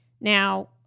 Now